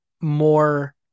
more